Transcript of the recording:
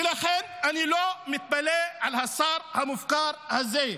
ולכן אני לא מתפלא על השר המופקר הזה.